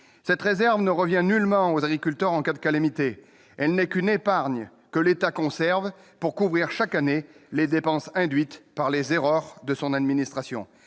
Cette réserve ne revient nullement aux agriculteurs en cas de calamités. Elle n'est qu'une épargne que l'État conserve pour couvrir chaque année les dépenses induites par les erreurs de son administration.